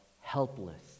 helpless